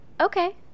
okay